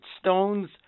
stones